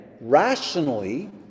rationally